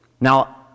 Now